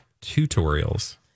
tutorials